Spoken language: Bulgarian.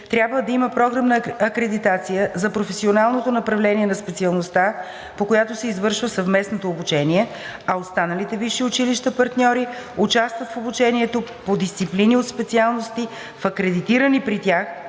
трябва да има програмна акредитация за професионалното направление на специалността, по която се извършва съвместното обучение, а останалите висши училища партньори участват в обучението по дисциплини от специалности в акредитирани при тях